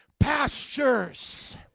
pastures